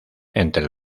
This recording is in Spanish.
entre